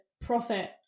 profit